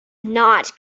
not